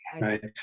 Right